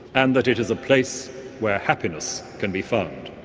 and that it is a place where happiness can be found.